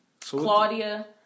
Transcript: Claudia